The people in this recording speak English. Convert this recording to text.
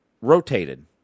rotated